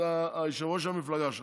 יושב-ראש המפלגה שלך,